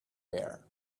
bear